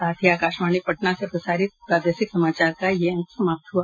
इसके साथ ही आकाशवाणी पटना से प्रसारित प्रादेशिक समाचार का ये अंक समाप्त हुआ